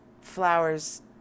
flowers